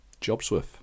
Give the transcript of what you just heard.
Jobsworth